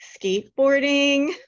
skateboarding